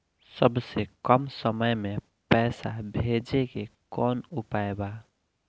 सबसे कम समय मे पैसा भेजे के कौन उपाय बा?